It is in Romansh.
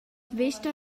vesta